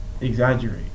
exaggerate